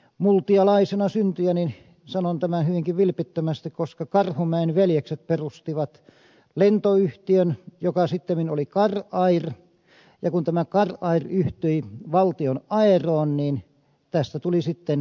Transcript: multialaisena syntyjäni sanon tämän hyvinkin vilpittömästi koska karhumäen veljekset perustivat lentoyhtiön joka sittemmin oli kar air ja kun tämä kar air yhtyi valtion aeroon tästä tuli sitten finnair